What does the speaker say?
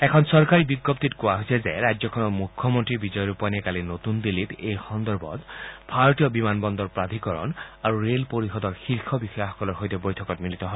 এটা চৰকাৰী বিজ্ঞপ্তিত কোৱা হৈছে যে ৰাজ্যখনৰ মুখ্যমন্ত্ৰী বিজয় ৰূপানীয়ে কালি নতুন দিল্লীত এই সন্দৰ্ভত ভাৰতীয় বিমান বন্দৰ প্ৰাধিকৰণ আৰু ৰেল পৰিষদৰ শীৰ্ষ বিষয়াসকলৰ সৈতে বৈঠকত মিলিত হয়